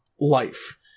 life